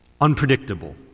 Unpredictable